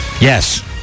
Yes